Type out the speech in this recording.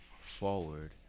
forward